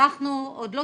אנחנו עוד לא